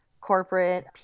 corporate